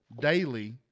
daily